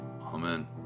Amen